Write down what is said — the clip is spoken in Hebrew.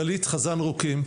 פרופ' גלית חזן רוקם,